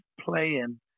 playing